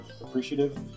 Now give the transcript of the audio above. appreciative